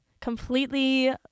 completely